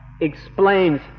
explains